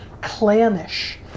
clannish